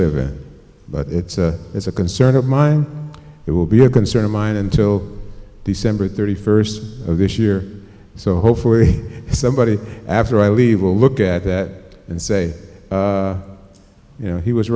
living but it's a it's a concern of mine it will be a concern of mine until december thirty first of this year so hopefully somebody after i leave will look at that and say you know he was